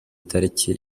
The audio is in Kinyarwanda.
tariki